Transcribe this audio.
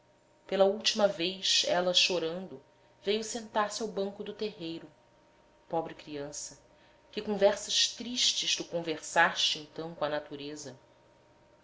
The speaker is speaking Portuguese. pela última vez ela chorando veio sentar-se ao banco do terreiro pobre criança que conversas tristes tu conversaste então co'a natureza